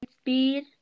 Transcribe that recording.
speed